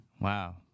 Wow